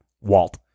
Walt